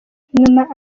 numva